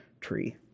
tree